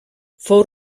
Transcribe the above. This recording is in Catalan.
fou